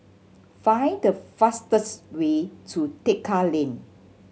find the fastest way to Tekka Lane